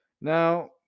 Now